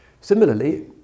Similarly